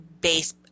base